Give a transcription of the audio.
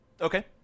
Okay